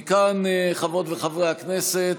מכאן, חברות וחברי הכנסת,